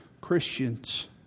Christians